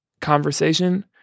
conversation